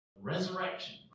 Resurrection